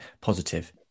positive